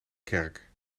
kerk